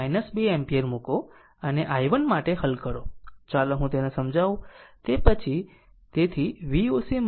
તેથી અહીં i2 2 ampere મૂકો અને i1 માટે હલ કરો ચાલો હું તેને સમજાવું